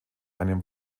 einem